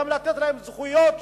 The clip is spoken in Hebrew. גם לתת להם זכויות,